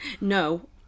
No